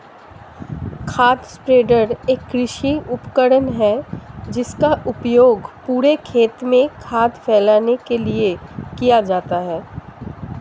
खाद स्प्रेडर एक कृषि उपकरण है जिसका उपयोग पूरे खेत में खाद फैलाने के लिए किया जाता है